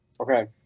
Okay